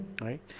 right